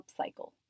upcycle